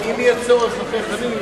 אם יהיה צורך אחרי חנין.